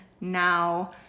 now